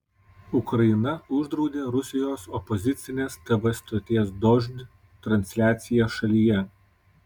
ukraina uždraudė rusijos opozicinės tv stoties dožd transliaciją šalyje